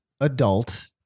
adult